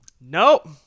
Nope